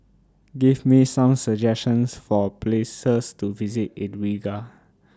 Give Me Some suggestions For Places to visit in Riga